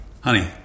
Honey